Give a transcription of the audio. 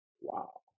Wow